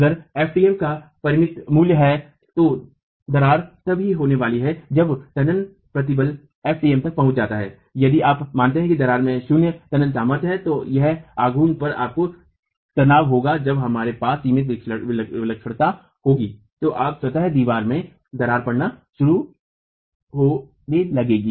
अगर fmt एक परिमित मूल्य है तो दरार तब ही होने वाली है जब तनन प्रतिबल fmt तक पहुँच जाता है यदि आप मानते हैं कि दीवार में शून्य तनन सामर्थ्य है तो उस आघूर्ण पर आपको तनाव होगा जब हमारे पास सीमित विलक्षणता होगी तो आपको स्वतः दीवार में दरार पड़ना शुरू हो होने लगेगी